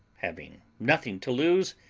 having nothing to lose,